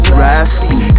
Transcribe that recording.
raspy